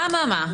אממה?